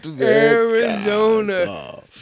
Arizona